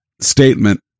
statement